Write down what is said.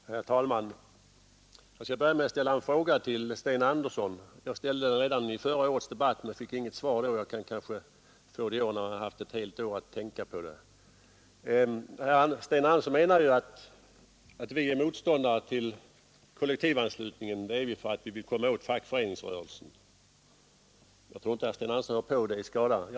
Herr talman! Jag skall börja med att ställa en fråga till herr Sten Andersson. Jag ställde den redan i förra årets debatt men fick inget svar då. Jag kan kanske få det nu, när herr Andersson haft ett helt år på sig att tänka ut det.